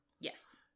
Yes